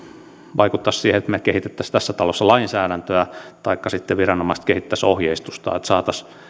vaikuttaisi siihen että me kehittäisimme tässä talossa lainsäädäntöä taikka sitten viranomaiset kehittäisivät ohjeistusta että saataisiin